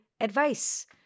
advice